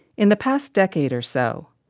in the past decade or so,